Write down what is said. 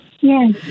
Yes